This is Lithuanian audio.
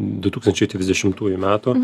du tūkstančiai trisdešimtųjų metų